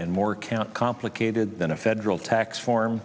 and more count complicated than a federal tax form